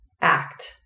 act